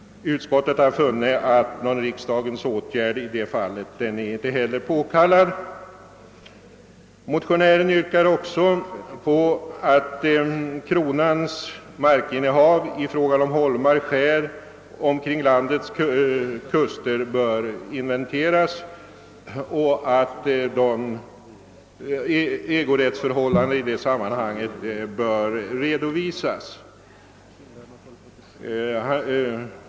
Utskottet har funnit, att någon riksdagens åtgärd i det fallet inte är påkallad. Motionären yrkar också att kronans markinnehav i form av holmar och skär kring landets kuster skall inventeras och att ägorättsförhållandena i det sammanhanget skall redovisas.